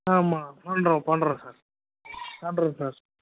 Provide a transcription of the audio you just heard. ஆமா பண்ணுறோம் பண்ணுறோம் சார் சார்